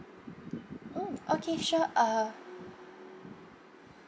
mm okay sure uh